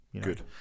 good